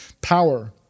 Power